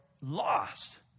lost